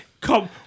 come